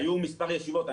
היו מספר ישיבות,